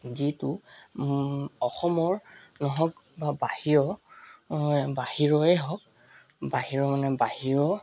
যিটো অসমৰ নহওঁক বা বাহিৰৰ বাহিৰৰে হওঁক বাহিৰৰ মানে বাহিৰৰ